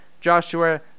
Joshua